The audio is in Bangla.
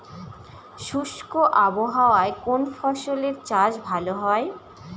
শুষ্ক আবহাওয়ায় কোন ফসলের চাষ ভালো হয়?